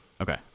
Okay